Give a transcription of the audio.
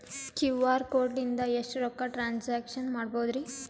QR code ಲಿಂದ ಎಷ್ಟ ರೊಕ್ಕ ಟ್ರಾನ್ಸ್ಯಾಕ್ಷನ ಮಾಡ್ಬೋದ್ರಿ?